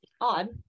odd